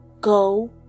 Go